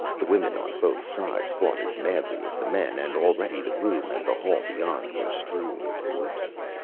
the women on both sides fought as madly as the men, and already the room and the hall beyond were strewn with corpses.